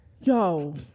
yo